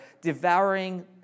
devouring